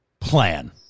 plan